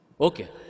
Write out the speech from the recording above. okay